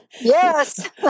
Yes